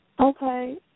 Okay